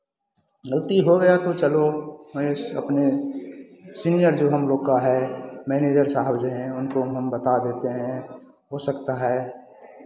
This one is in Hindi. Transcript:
गलती हो गया तो चलो मैं अपने सीनियर जो हम लोग का है मैनेज़र साहब जो हैं उनको हम बता देते हैं हो सकता है